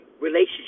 relationship